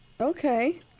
Okay